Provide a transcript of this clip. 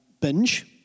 binge